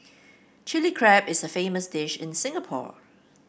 Chilli Crab is a famous dish in Singapore